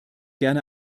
gerne